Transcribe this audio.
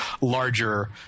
larger